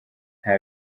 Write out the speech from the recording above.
nta